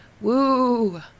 Woo